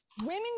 Women